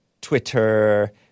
Twitter